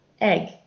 egg